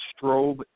Strobe